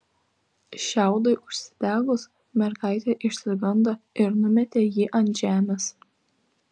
šiaudui užsidegus mergaitė išsigando ir numetė jį ant žemės